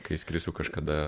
kai skrisiu kažkada